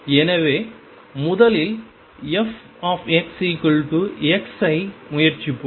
எனவே முதலில் f x ஐ முயற்சிப்போம்